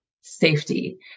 safety